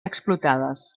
explotades